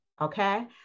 Okay